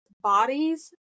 bodies